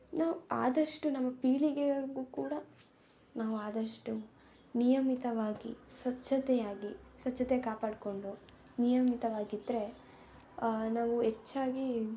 ನಾವು ಆದಷ್ಟು ನಮ್ಮ ಪೀಳಿಗೆಯವ್ರಿಗೂ ಕೂಡ ನಾವು ಆದಷ್ಟು ನಿಯಮಿತವಾಗಿ ಸ್ವಚ್ಛತೆಯಾಗಿ ಸ್ವಚ್ಛತೆ ಕಾಪಾಡಿಕೊಂಡು ನಿಯಮಿತವಾಗಿದ್ದರೆ ನಾವು ಹೆಚ್ಚಾಗಿ